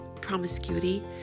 promiscuity